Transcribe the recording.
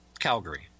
Calgary